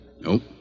Nope